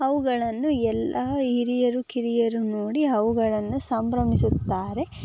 ಅವುಗಳನ್ನು ಎಲ್ಲ ಹಿರಿಯರು ಕಿರಿಯರು ನೋಡಿ ಅವುಗಳನ್ನು ಸಂಭ್ರಮಿಸುತ್ತಾರೆ